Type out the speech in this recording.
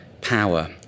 power